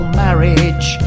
marriage